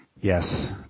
Yes